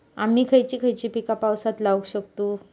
आम्ही खयची खयची पीका पावसात लावक शकतु?